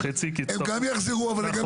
אנחנו כעובדים,